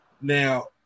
Now